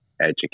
educate